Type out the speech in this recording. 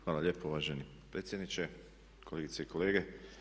Hvala lijepo uvaženi predsjedniče, kolegice i kolege.